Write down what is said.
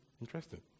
Interesting